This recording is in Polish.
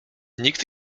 nikt